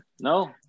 No